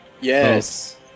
Yes